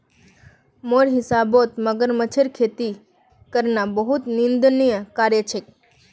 मोर हिसाबौत मगरमच्छेर खेती करना बहुत निंदनीय कार्य छेक